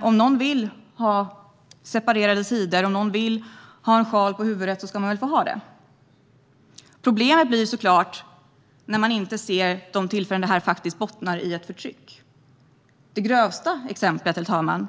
om någon vill ha separerade sidor eller ha en sjal på huvudet kan man väl få ha det. Problemet blir såklart när man inte ser de tillfällen när detta bottnar i ett förtryck. Det grövsta exemplet, herr talman,